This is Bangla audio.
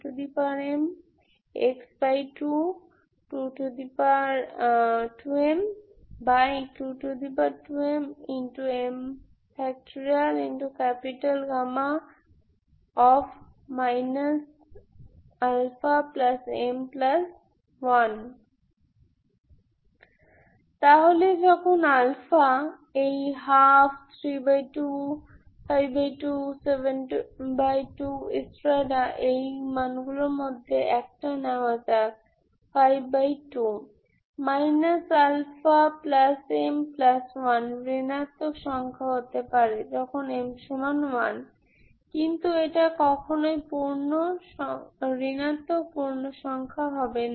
Γ αm1 সুতরাং যখন আলফা এই 12325272 মানগুলোর মধ্যে একটি নেওয়া যাক 52 αm1 ঋণাত্মক সংখ্যা হতে পারে যখন m1 কিন্তু এটা কখনোই ঋণাত্মক পূর্ণ সংখ্যা হবে না